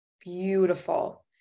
Beautiful